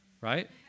right